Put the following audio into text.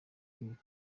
kwereka